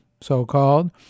so-called